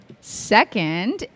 second